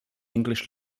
english